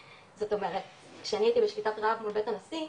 זאת אומרת שאני הייתי בשביתת רעב מול בית הנשיא,